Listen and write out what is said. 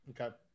Okay